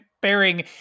bearing